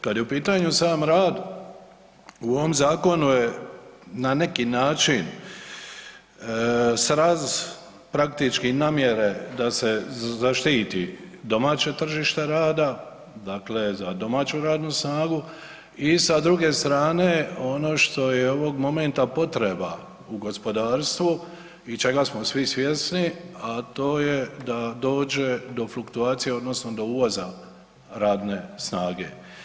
Kad je u pitanju sam rad, u ovo zakonu je na neki način sraz praktički namjere da se zaštiti domaće tržište rada, dakle za domaću radnu snagu i sa druge strane ono što je ovog momenta potreba u gospodarstvu i čega smo svi svjesni, a to je da dođe do fluktuacije odnosno do uvoza radne snage.